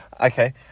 Okay